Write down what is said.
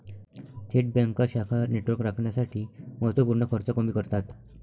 थेट बँका शाखा नेटवर्क राखण्यासाठी महत्त्व पूर्ण खर्च कमी करतात